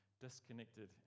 disconnected